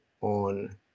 on